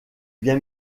bien